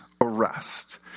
arrest